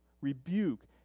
rebuke